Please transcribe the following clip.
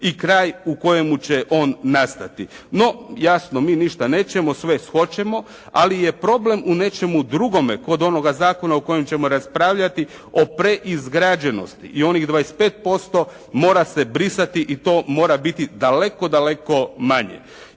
i kraj u kojemu će on nastati. No jasno, mi ništa nećemo, sve hoćemo, ali je problem u nečemu drugome kod onoga Zakona o kojem ćemo raspravljati o preizgrađenosti, i onih 25% mora se brisati i to mora biti daleko, daleko manje.